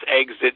Exit